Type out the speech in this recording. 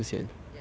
ya